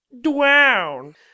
drown